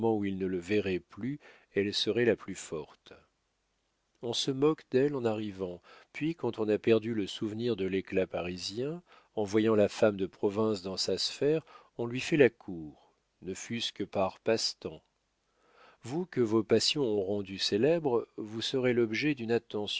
où il ne le verrait plus elle serait la plus forte on se moque d'elles en arrivant puis quand on a perdu le souvenir de l'éclat parisien en voyant la femme de province dans sa sphère on lui fait la cour ne fût-ce que par passe-temps vous que vos passions ont rendu célèbre vous serez l'objet d'une